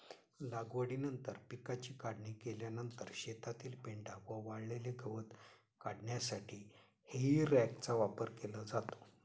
लागवडीनंतर पिकाची काढणी केल्यानंतर शेतातील पेंढा व वाळलेले गवत काढण्यासाठी हेई रॅकचा वापर केला जातो